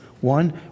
One